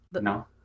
no